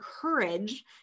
courage